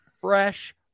fresh